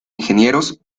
ingenieros